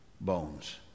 bones